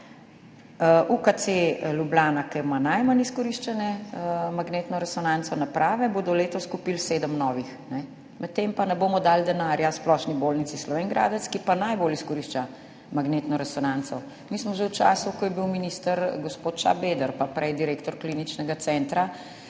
v UKC Ljubljana, kjer imajo najmanj izkoriščene naprave za magnetno resonanco, bodo letos kupili sedem novih, medtem pa ne bomo dali denarja Splošni bolnici Slovenj Gradec, ki pa najbolj izkorišča magnetno resonanco. Mi smo že v času, ko je bil minister gospod Šabeder, pa prej direktor kliničnega centra,